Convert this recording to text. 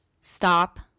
stop